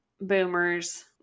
boomers